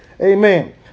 Amen